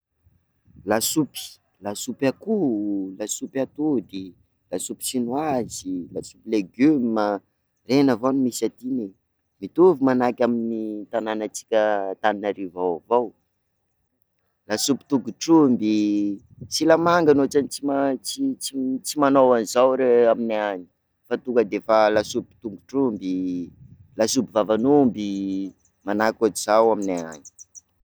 Lasopy: lasopy akoho, lasopy atody, lasopy chinoise, lasopy legume, reny avao misy aty e, mitovy manahaka amin'ny tananatsika Antanarivo ao avao, lasopy tongotr'omby, silamangany ohatrany tsy ma- tsy tsy- tsy manao anzao reo aminay any fa tonga defa lasopy tongotr'omby, lasopy vavan'omby, manahaka otr'izao aminay any.